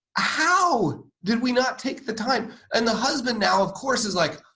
how did we not take the time and the husband now, of course, is like,